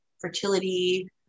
fertility